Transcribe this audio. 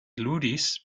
ludis